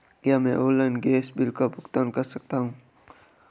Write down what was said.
क्या मैं online gas bill का भुगतान कर सकता हूँ?